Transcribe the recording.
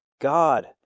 God